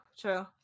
true